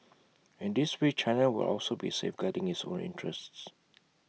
in this way China will also be safeguarding its own interests